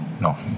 no